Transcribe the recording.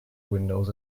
windows